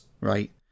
right